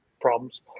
problems